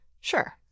Sure